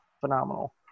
phenomenal